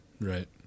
Right